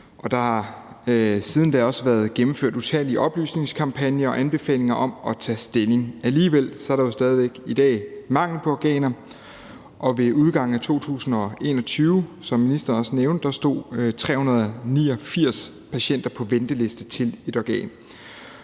og der er også blevet gennemført utallige oplysningskampagner og anbefalinger om at tage stilling. Alligevel er der stadig væk i dag mangel på organer, og ved udgangen af 2021 stod, som ministeren også nævnte, 389 patienter på venteliste til et organ.